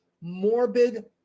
morbid